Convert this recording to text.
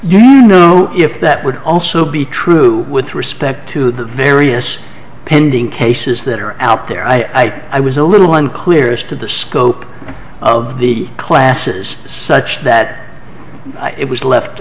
you know if that would also be true with respect to the various pending cases that are out there i i was a little unclear as to the scope of the classes such that it was left